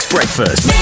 Breakfast